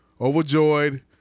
Overjoyed